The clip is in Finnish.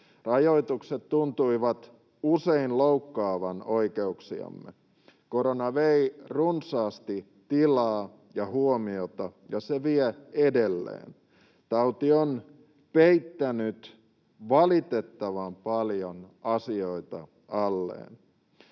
Rajoitukset tuntuivat usein loukkaavan oikeuksiamme. Korona vei runsaasti tilaa ja huomiota ja se vie edelleen. Tauti on peittänyt valitettavan paljon asioita alleen.